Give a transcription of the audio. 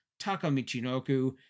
Takamichinoku